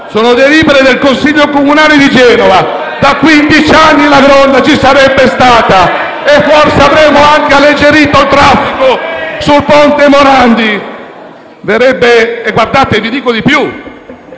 bensì delibere del Consiglio comunale di Genova: da quindici anni la Gronda ci sarebbe stata e forse avremmo anche alleggerito il traffico sul ponte Morandi.